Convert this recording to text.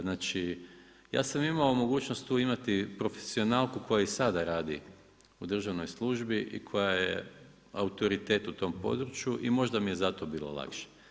Znači ja sam imao mogućnost tu imati profesionalku koja i sada radi u državnoj službi i koja je autoritet u tom području i možda mi je zato bilo lakše.